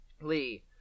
Lee